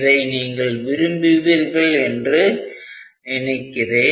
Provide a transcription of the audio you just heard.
இதை நீங்கள் விரும்புவீர்கள் என்று நினைக்கிறேன்